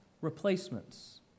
replacements